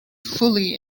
fully